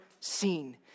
seen